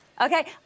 Okay